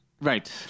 Right